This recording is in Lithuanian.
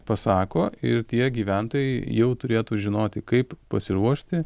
pasako ir tie gyventojai jau turėtų žinoti kaip pasiruošti